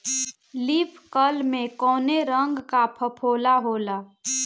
Leaf curl में कौने रंग का फफोला होला?